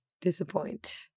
disappoint